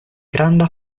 granda